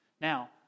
Now